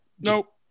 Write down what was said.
Nope